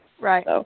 Right